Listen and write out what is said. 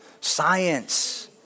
science